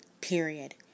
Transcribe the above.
Period